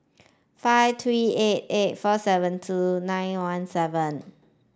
five three eight eight four seven two nine one seven